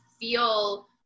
feel